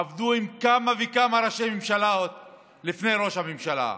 עבדו עם כמה וכמה ראשי ממשלות לפני ראש הממשלה.